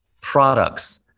products